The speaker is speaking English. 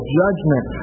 judgment